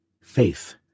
Faith